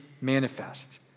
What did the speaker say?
manifest